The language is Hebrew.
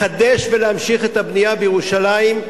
לחדש ולהמשיך את הבנייה בירושלים,